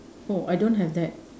oh I don't have that